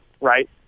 right